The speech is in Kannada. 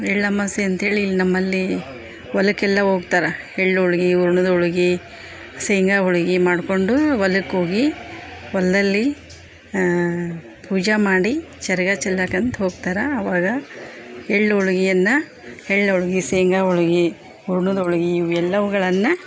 ಎಳ್ಳವಾಸ್ಯೆ ಅಂತೇಳಿ ಇಲ್ಲಿ ನಮ್ಮಲ್ಲಿ ಹೊಲಕ್ಕೆಲ್ಲ ಹೋಗ್ತಾರ ಎಳ್ಳು ಹೋಳಿಗಿ ಹೂರ್ಣದ್ ಹೋಳಿಗಿ ಶೇಂಗಾ ಹೋಳಿಗಿ ಮಾಡ್ಕೊಂಡು ಹೊಲಕ್ಕ್ ಹೋಗಿ ಹೊಲ್ದಲ್ಲಿ ಪೂಜೆ ಮಾಡಿ ಚೆರ್ಗ ಚೆಲ್ಲಾಕ ಅಂತ ಹೋಗ್ತಾರಾ ಅವಾಗ ಎಳ್ಳು ಹೋಳಿಗೆಯನ್ನ ಎಳ್ಳು ಹೋಳಿಗಿ ಶೇಂಗಾ ಹೋಳಿಗಿ ಹೂರ್ಣದ ಹೋಳಿಗಿ ಇವು ಎಲ್ಲವುಗಳನ್ನ